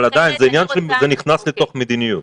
אבל זה נכנס לתוך המדיניות.